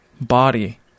body